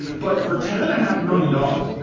but for ten and a half million dollars?